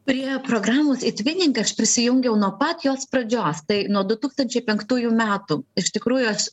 prie programos etvinink aš prisijungiau nuo pat jos pradžios tai nuo du tūkstančiai penktųjų metų iš tikrųjų aš